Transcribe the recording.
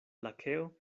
lakeo